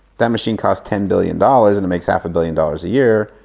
that machine cost ten billion dollars, and it makes half a billion dollars a year.